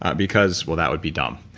because well, that would be dumb